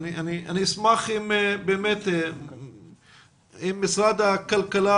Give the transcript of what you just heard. אני אשמח אם באמת משרד הכלכלה